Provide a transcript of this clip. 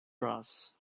brass